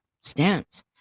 stance